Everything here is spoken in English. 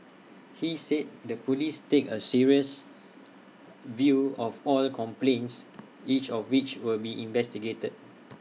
he said the Police take A serious view of all complaints each of which will be investigated